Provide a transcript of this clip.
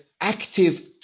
active